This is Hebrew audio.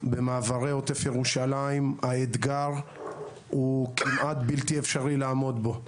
במעברי עוטף ירושלים האתגר הוא כמעט בלתי אפשרי לעמוד בו.